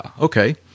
okay